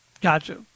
Gotcha